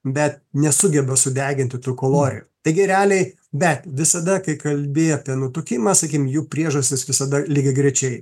bet nesugeba sudeginti tų kalorijų taigi realiai bet visada kai kalbi apie nutukimą sakykim jų priežastys visada lygiagrečiai